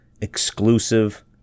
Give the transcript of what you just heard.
exclusive